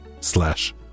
slash